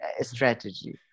strategy